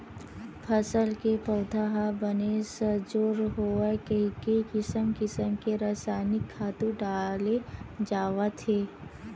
फसल के पउधा ह बने सजोर होवय कहिके किसम किसम के रसायनिक खातू डाले जावत हे